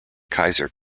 kaiser